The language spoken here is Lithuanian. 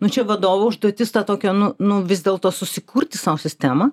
nu čia vadovo užduotis tą tokią nu nu vis dėlto susikurti sau sistemą